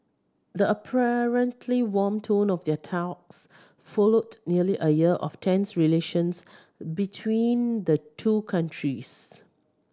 the apparently warm tone of their talks followed nearly a year of tense relations between the two countries